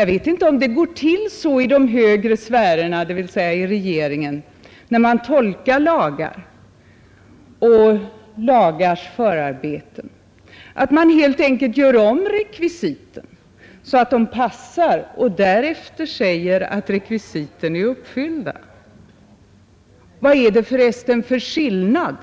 Går det till så i de högre sfärerna, dvs. i regeringen, när man tolkar lagar och lagars förarbeten, att man helt gör om rekvisiten, så att de passar och därefter säger att rekvisiten är uppfyllda? Vad är det för resten för skillnad